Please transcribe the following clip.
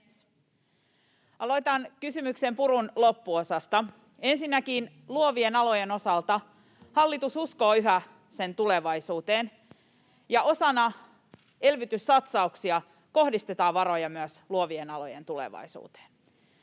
Aloitan kysymyksen purun loppuosasta. Ensinnäkin luovien alojen osalta: hallitus uskoo yhä niiden tulevaisuuteen, ja osana elvytyssatsauksia kohdistetaan varoja myös luovien alojen tulevaisuuteen.